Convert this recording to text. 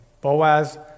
Boaz